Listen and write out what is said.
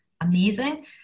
amazing